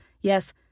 Yes